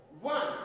One